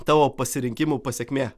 tavo pasirinkimų pasekmė